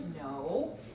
No